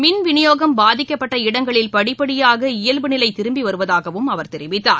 மின் விநியோகம் பாதிக்கப்பட்ட இடங்களில் படிப்படியாக இயல்பு நிலை திரும்பி வருவதாகவும் அவர் தெரிவித்தார்